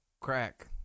crack